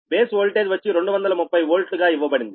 base voltage వచ్చి 230 V గా ఇవ్వబడింది